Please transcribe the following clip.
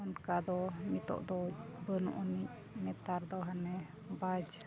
ᱚᱱᱠᱟ ᱫᱚ ᱱᱤᱛᱚᱜ ᱫᱚ ᱵᱟᱹᱱᱩᱜ ᱟᱹᱱᱤᱡ ᱱᱮᱛᱟᱨ ᱫᱚ ᱦᱟᱱᱮ ᱵᱟᱡᱽ